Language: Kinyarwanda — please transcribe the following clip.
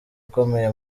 ukomeye